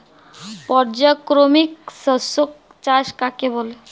পর্যায়ক্রমিক শস্য চাষ কাকে বলে?